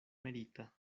merita